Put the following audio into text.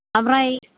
आमफ्राय